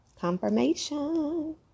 Confirmation